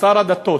לשר הדתות?